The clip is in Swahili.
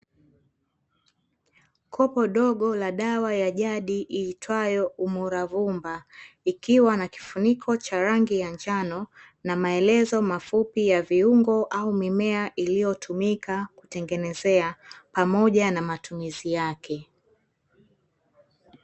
Kopo dogo la dawa ya jadi iitwayo Umuravumba, ikiwa na kifuniko cha rangi ya njano na maelezo mafupi ya viungo au mimea iliyotumika kutengenezea pamoja na matumizi yake.